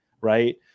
right